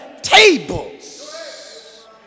tables